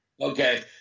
Okay